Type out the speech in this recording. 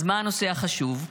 אז מה הנושא החשוב?